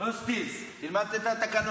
לא סטילס, תלמד את התקנון.